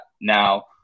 now